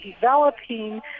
developing